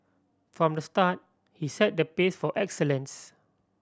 from the start he set the pace for excellence